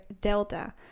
delta